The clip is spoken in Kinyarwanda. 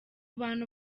bantu